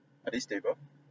at least stable